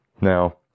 Now